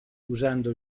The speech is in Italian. usando